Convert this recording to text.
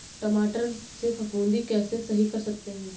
टमाटर से फफूंदी कैसे सही कर सकते हैं?